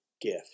gift